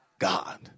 God